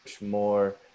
more